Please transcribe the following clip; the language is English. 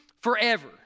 forever